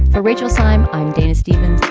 rachel syme. i'm dana stevens.